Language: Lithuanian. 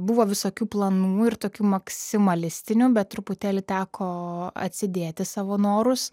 buvo visokių planų ir tokių maksimalistinių bet truputėlį teko atsidėti savo norus